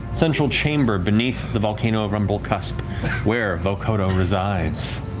central chamber, beneath the volcano of rumblecusp where vokodo resides.